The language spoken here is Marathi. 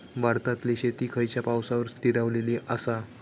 भारतातले शेती खयच्या पावसावर स्थिरावलेली आसा?